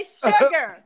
sugar